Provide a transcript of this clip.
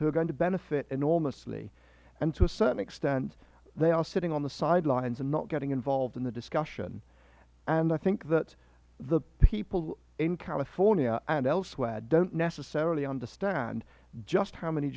who are going to benefit enormously and to a certain extent they are sitting on the sidelines and not getting involved in the discussion and i think that the people in california and elsewhere don't necessarily understand just how many